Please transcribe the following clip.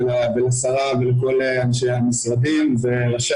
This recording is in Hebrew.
תודה לשרה ולכל אנשי המשרדים וראשי